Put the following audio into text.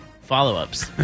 follow-ups